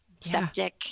septic